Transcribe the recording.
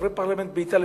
חברי פרלמנט באיטליה,